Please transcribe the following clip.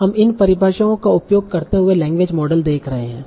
हम इन परिभाषाओं का उपयोग करते हुए लैंग्वेज मॉडल देख रहे थे